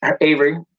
Avery